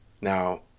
Now